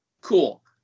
cool